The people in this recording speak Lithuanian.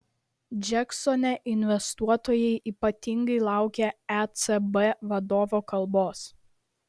džeksone investuotojai ypatingai laukė ecb vadovo kalbos